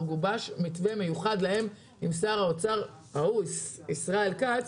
גובש מתווה מיוחד עבורם בתוך המשרד עם שר האוצר ישראל כץ.